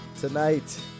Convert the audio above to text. Tonight